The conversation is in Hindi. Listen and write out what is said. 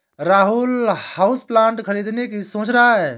राहुल हाउसप्लांट खरीदने की सोच रहा है